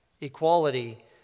Equality